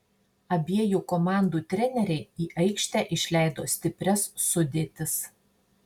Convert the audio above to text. abiejų komandų treneriai į aikštę išleido stiprias sudėtis